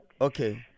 Okay